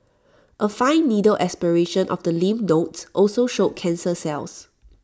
A fine needle aspiration of the lymph nodes also showed cancer cells